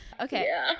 okay